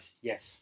Yes